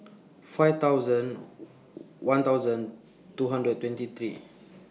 five thousand one thousand two hundred twenty three